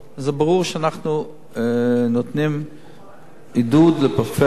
ברור שאנחנו נותנים עידוד לפריפריה,